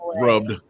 rubbed